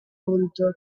pronto